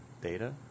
Data